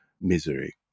misery